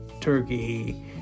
Turkey